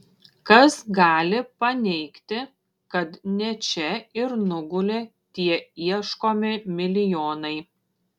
kas gali paneigti kad ne čia ir nugulė tie ieškomi milijonai